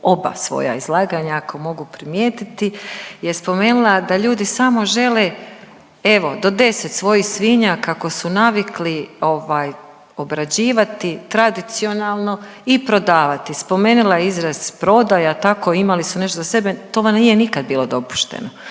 oba svoja izlaganja, ako mogu primijetiti je spomenula da ljudi samo žele, evo, do 10 svojih svinja, kako su navikli ovaj obrađivati tradicionalno i prodavati. Spomenula je izraz prodaja, tako imali su nešto za sebe, to vam nije nikad bilo dopušteno,